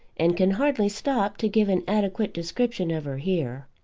and can hardly stop to give an adequate description of her here.